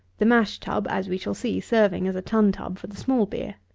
the mash-tub, as we shall see, serving as a tun-tub for the small beer.